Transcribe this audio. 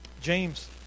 James